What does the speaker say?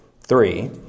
three